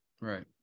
Right